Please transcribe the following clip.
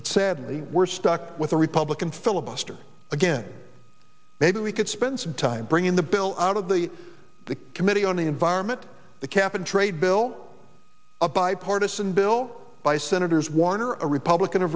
but sadly we're stuck with a republican filibuster again maybe we could spend some time bringing the bill out of the the committee on the environment the cap and trade bill a bipartisan bill by senators warner a republican o